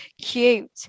cute